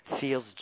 feels